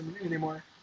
anymore